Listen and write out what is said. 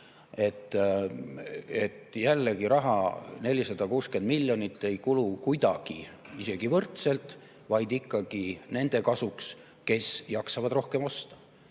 Jällegi raha, 460 miljonit, ei kulu kuidagi isegi võrdselt, vaid ikkagi nende kasuks, kes jaksavad rohkem